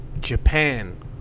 Japan